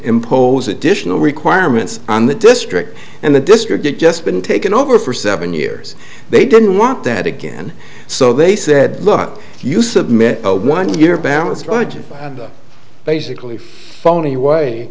impose additional requirements on the district and the district it just been taken over for seven years they don't want that again so they said look if you submit a one year balanced budget basically phony way